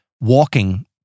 Walking